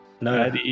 No